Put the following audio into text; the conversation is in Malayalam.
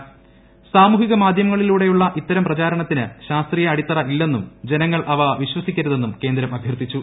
സ്റ്റ്മൂഹിക മാധ്യമങ്ങളിലൂടെയുള്ള ഇത്തരം പ്രചാരണത്തിന് ശാസ്ത്രീയ അടിത്തറ ഇല്ലെന്നും ജനങ്ങൾ അവ വിശ്വസ്ട്രിക്ക്രുതെന്നും കേന്ദ്രം അഭ്യർത്ഥിച്ചു